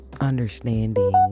understanding